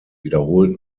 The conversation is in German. wiederholt